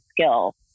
skill